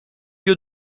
lieu